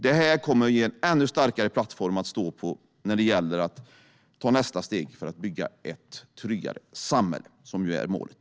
Detta program kommer att ge en ännu starkare plattform att stå på när det gäller att ta nästa steg för att bygga ett tryggare samhälle, som ju är målet.